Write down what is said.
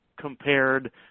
compared